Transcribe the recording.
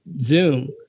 zoom